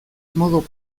modu